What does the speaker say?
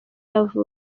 yavutse